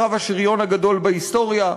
קרב השריון הגדול בהיסטוריה,